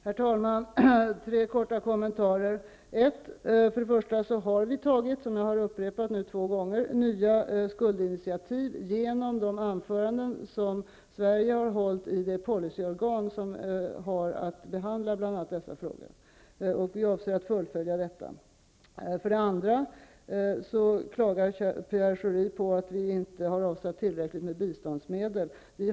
Herr talman! Jag vill ge tre korta kommentarer. För det första har regeringen tagit -- vilket jag nu har upprepat tre gånger -- nya initiativ till skuldlättnader genom de anföranden som Sverige har hållit i de policyorgan som har att behandla bl.a. dessa frågor, och regeringen avser att fullfölja detta. För det andra klagar Pierre Schori på att regeringen inte har avsatt tillräckligt med biståndsmedel.